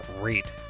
great